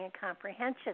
comprehension